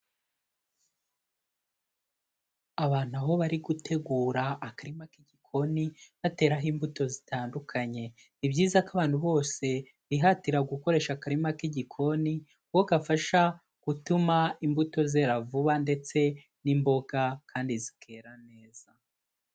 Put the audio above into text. Abantu, aho bari gutegura akarima k'igikoni bateraho imbuto zitandukanye. Ni byiza ko abantu bose bihatira gukoresha akarima k'igikoni, kuko gafasha gutuma imbuto zera vuba, ndetse n'imboga, kandi zikera neza.